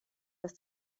dass